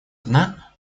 одна